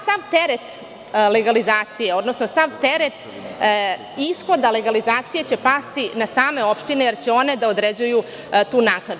Sav teret legalizacije, odnosno sav teret ishoda legalizacije će pasti na same opštine jer će one da određuju tu naknadu.